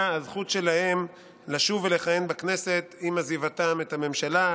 הזכות שלהם לשוב ולכהן בכנסת עם עזיבתם את הממשלה,